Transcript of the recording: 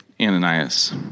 Ananias